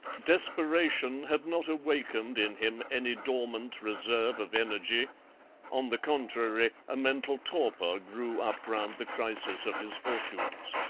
desperation had not awakened in him any dormant reserve of energy on the contrary, a mental torpor grew up round the crisis of his fortunes.